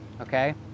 Okay